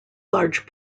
large